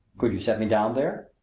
could you set me down there?